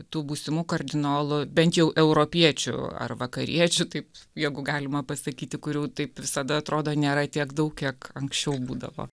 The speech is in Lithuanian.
tų būsimų kardinolų bent jau europiečių ar vakariečių taip jeigu galima pasakyti kurių taip visada atrodo nėra tiek daug kiek anksčiau būdavo